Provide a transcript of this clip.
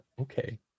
Okay